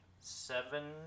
seven